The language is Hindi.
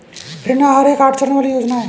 ऋण आहार एक आठ चरणों वाली योजना है